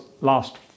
last